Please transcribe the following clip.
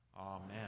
Amen